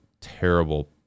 terrible